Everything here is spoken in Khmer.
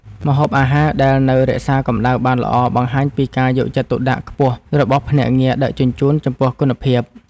ម្ហូបអាហារដែលនៅរក្សាកម្ដៅបានល្អបង្ហាញពីការយកចិត្តទុកដាក់ខ្ពស់របស់ភ្នាក់ងារដឹកជញ្ជូនចំពោះគុណភាព។